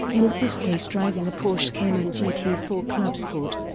in this case driving a porsche cayman g t four clubsport,